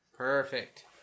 Perfect